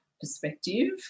perspective